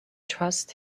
trust